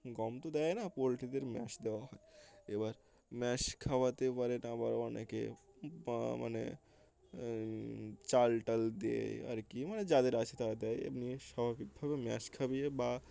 গম তো দেয় না পোলট্রিদের ম্যাশ দেওয়া হয় এবার ম্যাশ খাওয়াতে পারে আবার অনেকে মানে চাল টাল দিয়ে আর কি মানে যাদের আছে তারা দেয় এমনি স্বাভাবিকভাবে ম্যাশ খাইয়ে বা